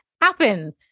happen